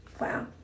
Wow